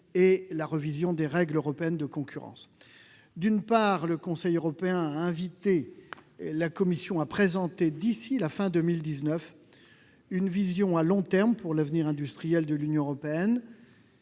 et la révision des règles européennes de concurrence. D'une part, le Conseil européen a invité la Commission à présenter, d'ici à la fin de l'année, une vision à long terme pour l'avenir industriel de l'Union européenne.